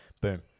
Boom